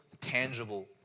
tangible